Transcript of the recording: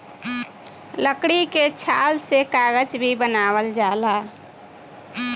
लकड़ी के छाल से कागज भी बनावल जाला